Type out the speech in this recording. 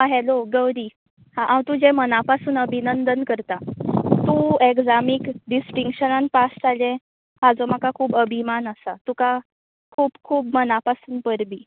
आं हॅलो गौरी हांव तुजें मना पासून अभिनंदन करतां तूं एगजामीक डिस्टींकशनान पास जालें हाजो म्हाका खूब अभिमान आसा तुका खूब खूब मना पासून परबीं